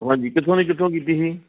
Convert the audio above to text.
ਹਾਂਜੀ ਕਿੱਥੋਂ ਦੀ ਕਿੱਥੋਂ ਕੀਤੀ ਸੀ